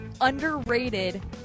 underrated